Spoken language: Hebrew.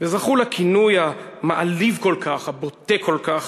וזכו לכינוי המעליב כל כך, הבוטה כל כך,